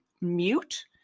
mute